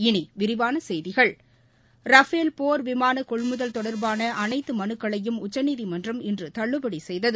இனி விரிவான செய்திகள் ரஃபேல் போர் விமான கொள்முதல் தொடர்பான அனைத்து மலுக்களையும் உச்சநீதிமன்றம் இன்று தள்ளுபடி செய்தது